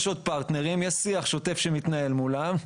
יש עוד פרטנרים, יש שיח שוטף שמתנהל מולם,